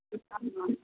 ଆଉ